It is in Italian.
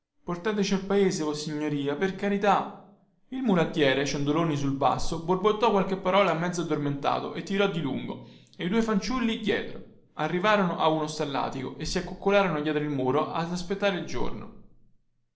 portateci al paese vossignoria per carità il mulattiere ciondoloni sul basto borbottò qualche parola mezzo addormentato e tirò di lungo e i due fanciulli dietro arrivarono a uno stallatico e si accoccolarono dietro il muro ad aspettare il giorno